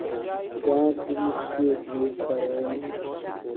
بیاکھ بِزنٮ۪س چھُ ییٚتہِ لُکھ کران